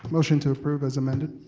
motion to approve as amended.